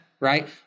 right